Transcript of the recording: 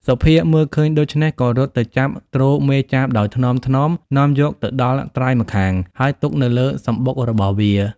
សុភាមើល ឃើញដូច្នេះក៏រត់ទៅចាប់ទ្រមេចាបដោយថ្នមៗនាំយកទៅដល់ត្រើយម្ខាង ហើយទុកនៅលើសំបុករបស់វា ។